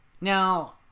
Now